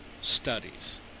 studies